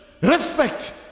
respect